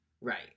Right